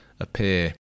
appear